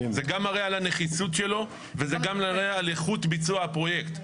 זה גם מראה על הנחיצות שלו וזה גם מראה על איכות ביצוע הפרויקט.